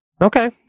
Okay